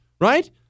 right